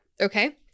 okay